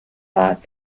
lot